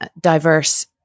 diverse